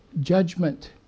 judgment